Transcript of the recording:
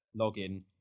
login